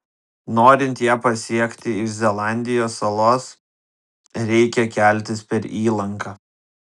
norint ją pasiekti iš zelandijos salos reikia keltis per įlanką